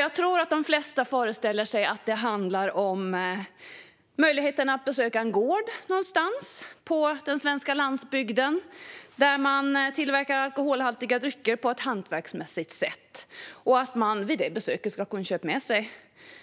Jag tror att de flesta föreställer sig att det handlar om möjligheten att besöka en gård någonstans på den svenska landsbygden där man tillverkar alkoholhaltiga drycker på ett hantverksmässigt sätt och att man vid det besöket ska kunna köpa med sig